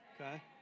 Okay